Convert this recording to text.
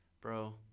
bro